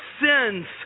sins